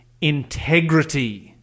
integrity